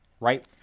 right